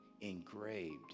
engraved